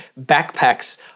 backpacks